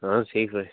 اَہن حظ ٹھیٖک پٲٹھۍ